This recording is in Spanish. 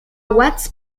watts